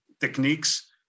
techniques